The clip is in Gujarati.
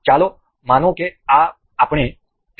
ચાલો માનો કે આપણે તેને અહીં મૂકીશું